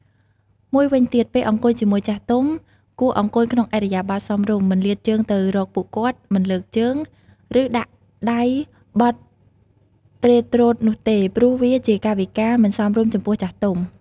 មួយវិញទៀតពេលអង្គុយជាមួយចាស់ទុំ គួរអង្គុយក្នុងឥរិយាបថសមរម្យ មិនលាតជើងទៅរកពួកគាត់ មិនលើកជើង ឬដាក់ដៃបត់ទ្រេតទ្រោតនោះទេ ព្រោះជាកាយវិការមិនសមរម្យចំពោះចាស់ទុំ។